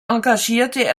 engagierte